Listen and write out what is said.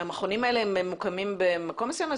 האם המכונים האלה ממוקמים במקום מסוים?